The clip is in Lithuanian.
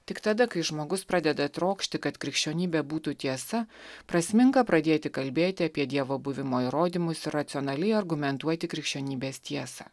tik tada kai žmogus pradeda trokšti kad krikščionybė būtų tiesa prasminga pradėti kalbėti apie dievo buvimo įrodymus ir racionaliai argumentuoti krikščionybės tiesą